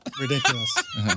ridiculous